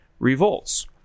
revolts